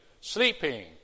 sleeping